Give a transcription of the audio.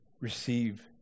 receive